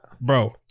bro